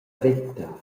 veta